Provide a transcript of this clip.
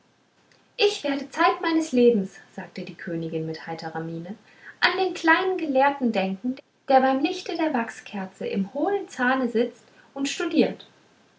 ich werde zeit meines lebens sagte die königin mit heiterer miene an den kleinen gelehrten denken der beim lichte der wachskerze im hohlen zahne sitzt und studiert